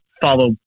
follow